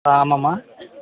ஆ ஆமாமா